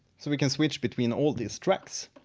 so we can switch between all these tracks.